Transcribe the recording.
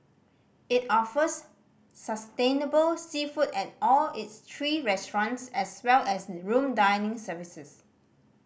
it offers sustainable seafood at all its three restaurants as well as the room dining services